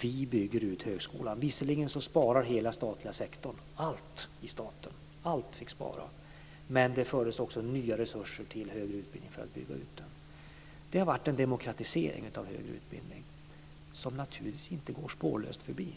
vi bygger ut högskolan. Visserligen sparade hela statliga sektorn - allt i staten fick spara - men det fördes också nya resurser till högre utbildning, för att bygga ut den. Det har varit en demokratisering av högre utbildning som naturligtvis inte går spårlöst förbi.